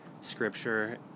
scripture